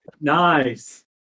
Nice